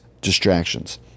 distractions